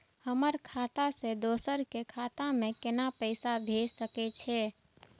हमर खाता से दोसर के खाता में केना पैसा भेज सके छे?